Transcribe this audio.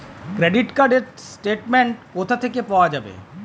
Credit card র statement কোথা থেকে পাওয়া যাবে?